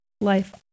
life